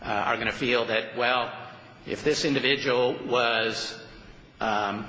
are going to feel that well if this individual was